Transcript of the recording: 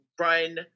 run